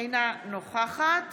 אינה נוכחת